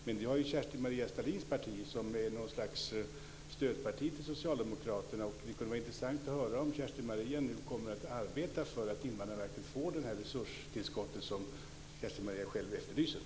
Men det har ju Kerstin-Maria Stalins parti som är något slags stödparti till Socialdemokraterna. Det kunde vara intressant att höra om Kerstin-Maria Stalin nu kommer att arbeta för att Invandrarverket får det här resurstillskottet som Kerstin-Maria Stalin själv efterlyser.